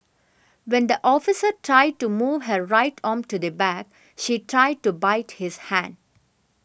when the officer tried to move her right arm to the back she tried to bite his hand